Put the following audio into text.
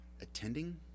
attending